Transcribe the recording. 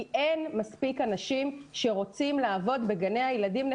כי אין מספיק אנשים שרוצים לעבוד בגני הילדים.